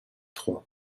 trois